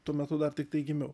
tuo metu dar tiktai gimiau